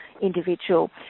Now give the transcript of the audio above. individual